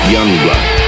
Youngblood